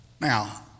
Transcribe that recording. Now